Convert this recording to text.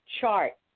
chart